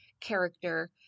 character